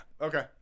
Okay